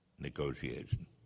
negotiation